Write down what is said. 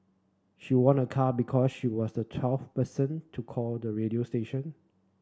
she won a car because she was the twelfth person to call the radio station